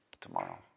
tomorrow